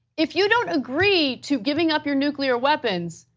if you don't agree to giving up your nuclear weapons,